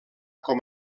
com